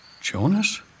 Jonas